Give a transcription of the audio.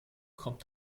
kommt